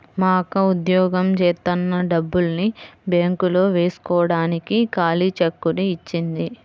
మా అక్క ఉద్యోగం జేత్తన్న డబ్బుల్ని బ్యేంకులో వేస్కోడానికి ఖాళీ చెక్కుని ఇచ్చింది